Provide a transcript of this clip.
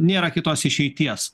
nėra kitos išeities